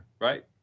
Right